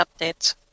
updates